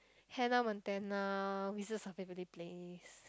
Hannah-Montana Wizards-of-Waverly-Place